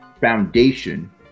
foundation